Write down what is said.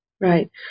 Right